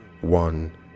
one